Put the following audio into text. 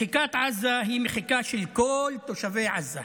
מחיקת עזה היא מחיקה של כל תושבי עזה,